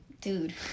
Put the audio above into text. Dude